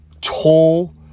tall